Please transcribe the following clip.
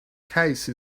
case